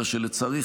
אלא שלצערי,